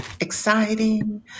exciting